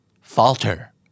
Falter